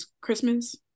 Christmas